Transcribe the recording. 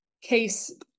case